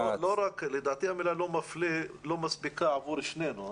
לדעתי המילה לא מפלה לא מספיקה עבור שנינו.